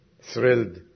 thrilled